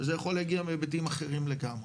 וזה יכול להגיע מהיבטים אחרים לגמרי.